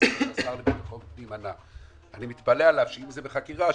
אני מתפלא על השר לביטחון פנים אם זה בחקירה,